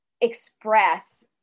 express